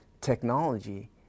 technology